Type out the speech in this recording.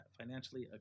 financially